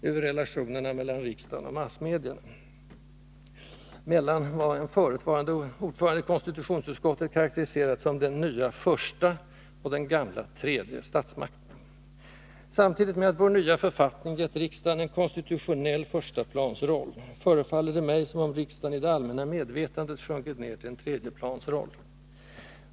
— över relationerna mellan riksdagen och massmedierna, mellan vad en förutvarande ordförande i konstitutionsutskottet karakteriserat som den nya ”första” och den gamla ”tredje” statsmakten. Samtidigt med att vår nya författning givit riksdagen en konstitutionell förstaplansroll förefaller det mig som om riksdagen i det allmänna medvetandet sjunkit ned till en tredjeplansroll.